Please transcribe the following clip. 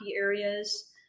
areas